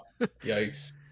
Yikes